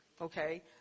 okay